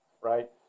right